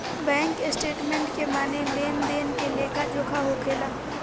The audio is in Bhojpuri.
बैंक स्टेटमेंट के माने लेन देन के लेखा जोखा होखेला